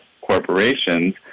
corporations